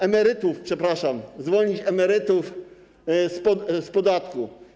emerytów, przepraszam, zwolnić emerytów z podatku.